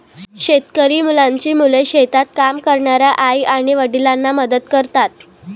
शेतकरी मुलांची मुले शेतात काम करणाऱ्या आई आणि वडिलांना मदत करतात